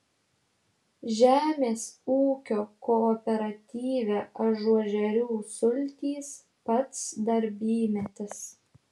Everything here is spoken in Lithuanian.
žemės ūkio kooperatyve ažuožerių sultys pats darbymetis